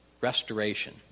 restoration